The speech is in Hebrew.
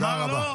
תודה רבה.